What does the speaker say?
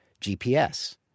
GPS